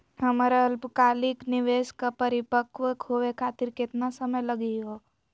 हमर अल्पकालिक निवेस क परिपक्व होवे खातिर केतना समय लगही हो?